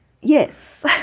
Yes